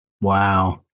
Wow